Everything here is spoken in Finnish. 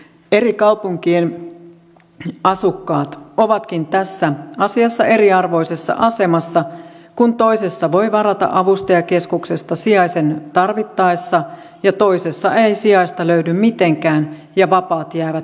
eri kaupunkien asukkaat ovatkin tässä asiassa eriarvoisessa asemassa kun toisessa voi varata avustajakeskuksesta sijaisen tarvittaessa ja toisessa ei sijaista löydy mitenkään ja vapaat jäävät pitämättä